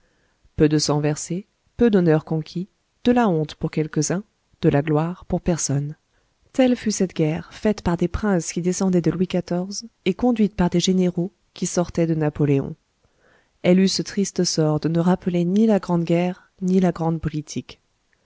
peu de sang versé peu d'honneur conquis de la honte pour quelques-uns de la gloire pour personne telle fut cette guerre faite par des princes qui descendaient de louis xiv et conduite par des généraux qui sortaient de napoléon elle eut ce triste sort de ne rappeler ni la grande guerre ni la grande politique